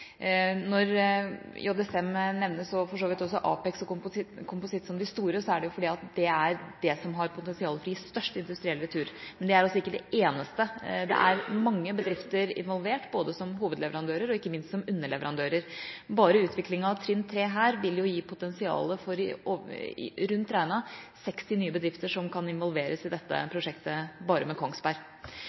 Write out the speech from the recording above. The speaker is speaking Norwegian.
Når JSM nevnes, og for så vidt også APEX og kompositt, som det store, er det fordi det er det som har potensial for å gi størst industriell retur, men det er ikke det eneste. Det er mange bedrifter involvert, både som hovedleverandører og ikke minst som underleverandører. Bare utviklinga av trinn 3 vil gi potensial for rundt regnet 60 nye bedrifter som kan involveres bare i dette prosjektet med Kongsberg.